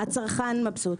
הצרכן מבסוט.